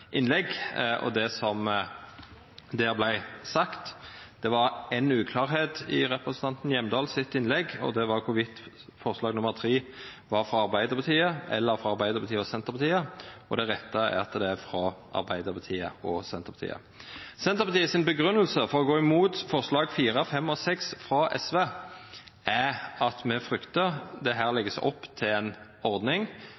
og det som der vart sagt. Det var éin uklårleik i innlegget frå representanten Hjemdal, og det var om forslag nr. 3 var frå Arbeidarpartiet eller frå Arbeidarpartiet og Senterpartiet. Det rette er at det er frå Arbeidarpartiet og Senterpartiet. Senterpartiet si grunngjeving for å gå imot forslaga nr. 4, 5 og 6, frå SV, er at me fryktar at det her